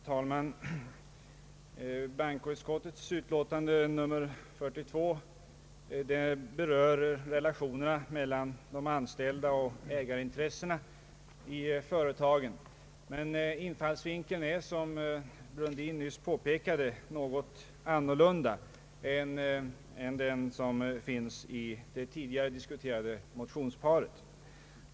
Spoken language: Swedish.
Herr talman! Bankoutskottets utlåtande nr 42 berör relationerna mellan de anställda och ägarintressena i företagen, men infallsvinkeln är, som herr Brundin nyss påpekade, något annorlunda än i det tidigare diskuterade motionsparet.